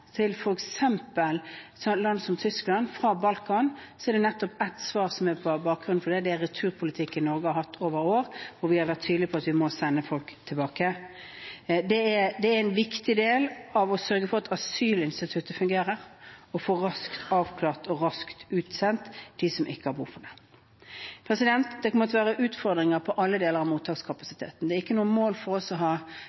land som Tyskland fra Balkan, er det nettopp ett svar som er bakgrunnen for det – det er returpolitikken Norge har hatt over år, hvor vi har vært tydelige på at vi må sende folk tilbake. Det er en viktig del av det å sørge for at asylinstituttet fungerer, raskt å få avklart og utsendt dem som ikke har behov for asyl. Det kommer til å være utfordringer på alle deler av mottakskapasiteten. Det er ikke noe mål for oss å ha